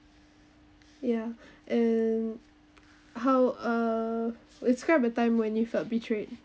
ya and how uh describe a time when you felt betrayed